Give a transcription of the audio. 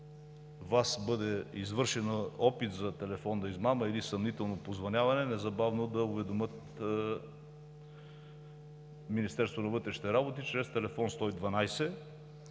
тях бъде извършен опит за телефонна измама или съмнително позвъняване, незабавно да уведомят Министерството на вътрешните работи чрез телефон 112.